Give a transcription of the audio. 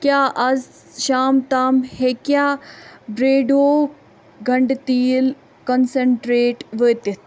کیٛاہ آز شام تام ہیٚکیٛاہ بِیرڈو گنٛڈٕ تیٖل کنسنٹریٹ وٲتِتھ